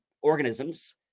organisms